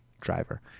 driver